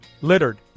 littered